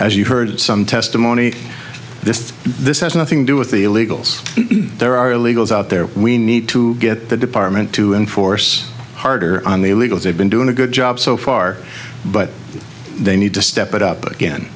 as you heard some testimony this this has nothing to do with the illegals there are illegals out there we need to get the department to enforce harder on the illegals they've been doing a good job so far but they need to step it up again